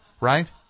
Right